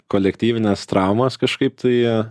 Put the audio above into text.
kolektyvinės traumos kažkaip tai